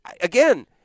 Again